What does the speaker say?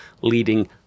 leading